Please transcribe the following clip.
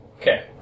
Okay